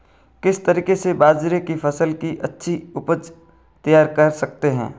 किस तरीके से बाजरे की फसल की अच्छी उपज तैयार कर सकते हैं?